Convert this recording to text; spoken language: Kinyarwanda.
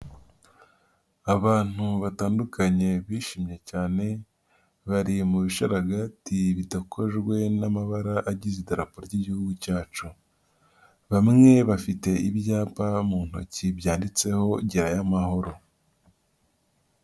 Abantu batandukanye bishimye cyane. Bari mu bisharagati bidekojwe n'amabara agize idarapo ry'Igihugu cyacu. Bamwe bafite ibyapa mu ntoki byanditseho Gerayo amahoro.